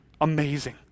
amazing